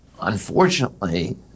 Unfortunately